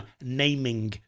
naming